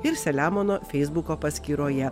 ir selemono feisbuko paskyroje